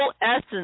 essence